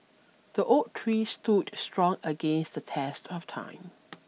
the oak tree stood strong against the test of time